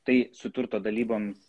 tai su turto dalybom